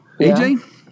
AJ